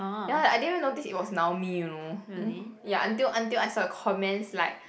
ya I didn't even notice it was Naomi you know ya until until I saw the comments like